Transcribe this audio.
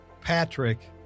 Patrick